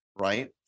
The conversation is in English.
right